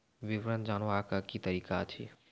विवरण जानवाक की तरीका अछि?